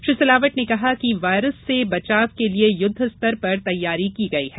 श्री सिलावट ने कहा कि वायरस से बचाव के लिए युद्ध स्तर पर तैयारी की गई है